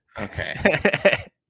okay